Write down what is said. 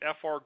FR